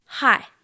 Hi